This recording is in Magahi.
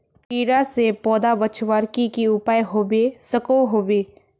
कीड़ा से पौधा बचवार की की उपाय होबे सकोहो होबे?